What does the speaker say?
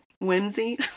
whimsy